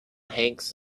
hanks